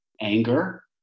Anger